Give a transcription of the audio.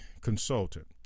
consultant